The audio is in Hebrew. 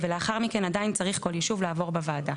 ולאחר מכן עדיין צריך כל יישוב לעבור בוועדה.